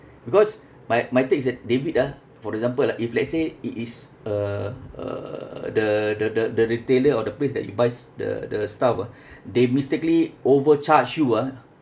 because my my take is that debit ah for example ah if let's say it is uh uh the the the the retailer of the place that you buys the the stuff ah they mistakenly overcharge you ah